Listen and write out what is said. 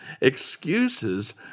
Excuses